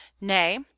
nay